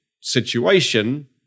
situation